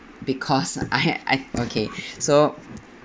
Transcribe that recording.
because I I okay so